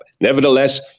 Nevertheless